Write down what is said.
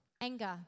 Anger